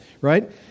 right